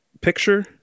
picture